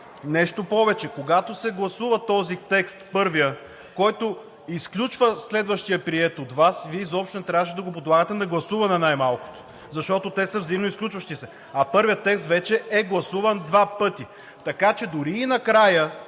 Нещо повече, когато се гласува този текст, първият, който изключва следващия, приет от Вас, Вие изобщо не трябваше да го подлагате на гласуване, най-малкото защото те са взаимно изключващи се. А първият текст вече е гласуван два пъти. Така че дори и накрая,